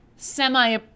Semi